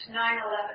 9/11